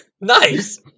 nice